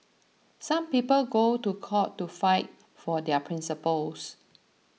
some people go to court to fight for their principles